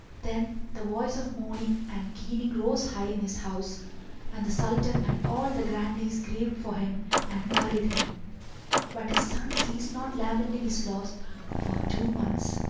then the voice of mourning and keening rose high in his house and the sultan and all the grandees grieved for him and buried him but his son ceased not lamenting his loss for two months,